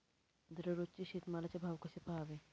दररोज शेतमालाचे भाव कसे पहावे?